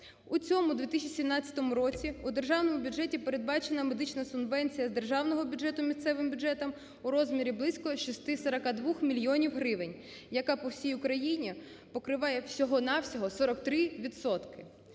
У цьому 2017 році в державному бюджеті передбачена медична субвенція з державного бюджету місцевим бюджетам у розмірі близько 642 мільйонів гривень, яка по всій Україні покриває всього-на-всього 43